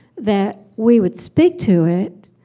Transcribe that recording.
that we would speak to it,